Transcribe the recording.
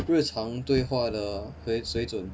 日常对话的水水准